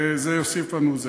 זה יוסיף לנו.